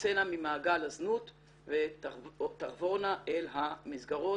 תצאנה ממעגל הזנות ותחבורנה אל המסגרות